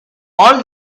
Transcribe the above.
all